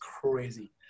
crazy